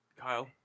Kyle